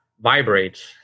vibrates